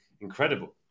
incredible